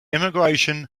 immigration